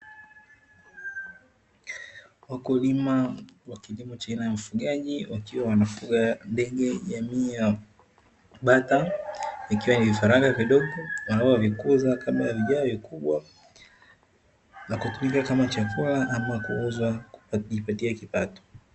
Wakulima wa kilimo cha aina ya ufugaji wakiwa wanafuga ndege jamii ya bata, ikiwa ni vifaranga vidogo wanavyo vikuza kama kabla avijawa vikubwa na kutumika kama chakula ama kuuzwa kujipatia kipato.